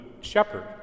Shepherd